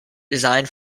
designed